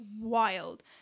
wild